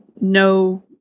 no